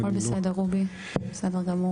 הכל בסדר רובי, בסדר גמור.